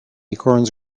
acorns